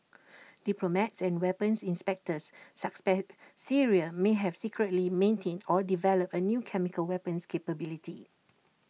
diplomats and weapons inspectors suspect Syria may have secretly maintained or developed A new chemical weapons capability